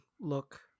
look